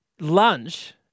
lunch